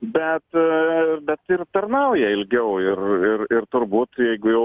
bet bet ir tarnauja ilgiau ir ir ir turbūt jeigu jau